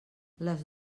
les